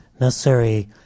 necessary